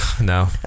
No